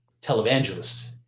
televangelist